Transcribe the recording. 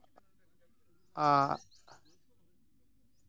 ᱟᱨ